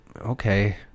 Okay